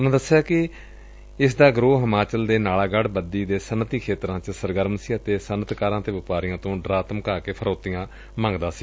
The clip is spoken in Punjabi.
ਉਨੂਾ ਦਸਿਆ ਕਿ ਇਸ ਦਾ ਗਰੋਹ ਹਿਮਾਚਲ ਦੇ ਨਾਲਗੜ੍ਹ ਬੱਦੀ ਦੇ ਸੱਨਅਤੀ ਖੇਤਰਾਂ ਚ ਸਰਗਰਮ ਸੀ ਅਤੇ ਸੱਨਅਤਕਾਰਾਂ ਤੇ ਵਪਾਰੀਆਂ ਤੋਂ ਡਰਾ ਧਮਕਾ ਕੇ ਫਿਰੌਤੀਆਂ ਮੰਗ ਦਾ ਸੀ